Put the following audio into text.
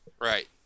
Right